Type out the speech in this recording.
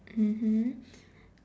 mmhmm